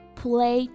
play